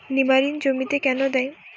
নিমারিন জমিতে কেন দেয়?